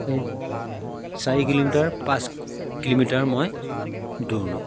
এই চাৰি কিলোমিটাৰ পাঁচ কিলোমিটাৰ মই দৌৰোঁ